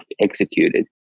executed